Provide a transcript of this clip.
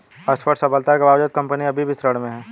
स्पष्ट सफलता के बावजूद कंपनी अभी भी ऋण में थी